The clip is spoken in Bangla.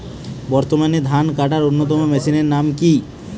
বর্তমানে ধান কাটার অন্যতম মেশিনের নাম কি?